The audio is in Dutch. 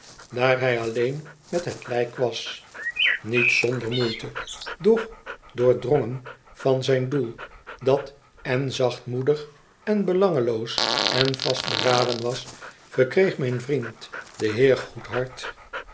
daar hij alleen met het lijk was niet zonder moeite doch doordrongen van zijn doel dat èn zachtmoedig èn belangeloos on vastberaden was verkreeg mijn vriend de heer